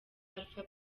alpha